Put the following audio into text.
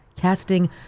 casting